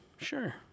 sure